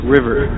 River